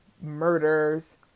murders